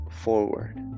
forward